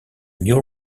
new